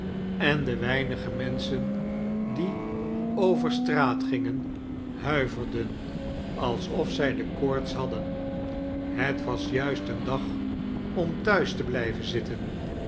en de weinige menschen die over straat gingen huiverden alsof zij de koorts hadden het was juist een dag om thuis te blijven zitten